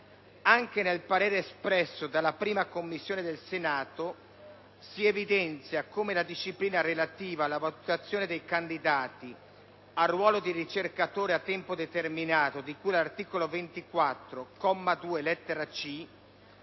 Anche nel parere espresso dalla 1a Commissione del Senato, si evidenzia come la disciplina relativa alla valutazione dei candidati al ruolo di ricercatore a tempo determinato, di cui all'articolo 24, comma 2,